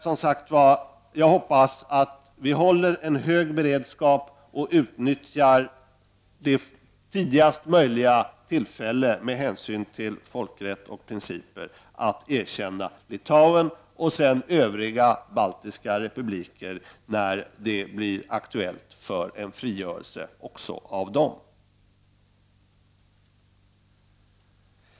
Jag hoppas som sagt att vi håller en hög beredskap och utnyttjar det tidigast möjliga tillfälle med hänsyn till folkrättens principer att erkänna Litauen och sedan övriga baltiska republiker när det blir aktuellt med en frigörelse även av dem.